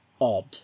Odd